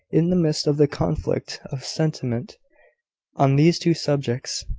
in the midst of the conflict of sentiment on these two subjects,